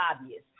obvious